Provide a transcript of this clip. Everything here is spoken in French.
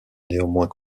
néanmoins